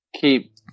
keep –